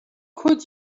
could